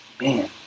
Man